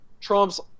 trumps